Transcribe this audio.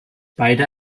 beide